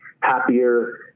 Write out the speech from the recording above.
happier